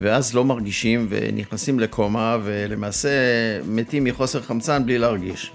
ואז לא מרגישים ונכנסים לקומה ולמעשה מתים מחוסר חמצן בלי להרגיש.